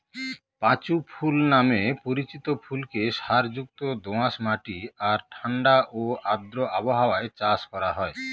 পাঁচু ফুল নামে পরিচিত ফুলকে সারযুক্ত দোআঁশ মাটি আর ঠাণ্ডা ও আর্দ্র আবহাওয়ায় চাষ করা হয়